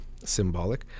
Symbolic